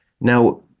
now